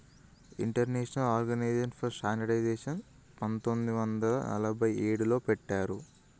international organisation for స్టాండర్డయిజేషన్ని పంతొమ్మిది వందల నలభై ఏడులో పెట్టినరు